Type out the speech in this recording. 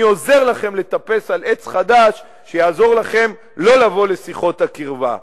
אני עוזר לכם לטפס על עץ חדש שיעזור לכם לא לבוא לשיחות הקרבה.